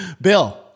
Bill